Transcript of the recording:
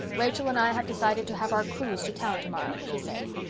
rachel and i have decided to have our cruise to town tomorrow, she said.